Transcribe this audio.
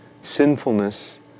sinfulness